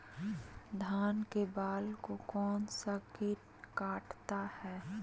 धान के बाल को कौन सा किट काटता है?